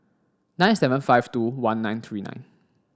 nine seven five two one nine three nine